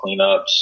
cleanups